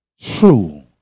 true